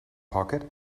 pocket